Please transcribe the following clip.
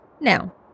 Now